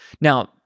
Now